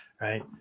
right